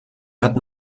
hatten